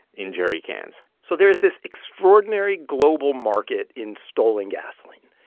in jerry cans so there is this extraordinary global market in stolen gasoline.